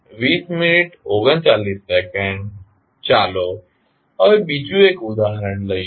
ચાલો હવે બીજું એક ઉદાહરણ લઈએ